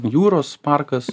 jūros parkas